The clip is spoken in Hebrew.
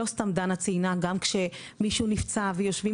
לא סתם דנה ציינה גם כשמישהו נפצע ויושבים